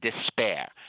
despair